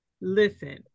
Listen